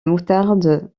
moutarde